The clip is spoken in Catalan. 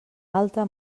alta